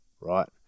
right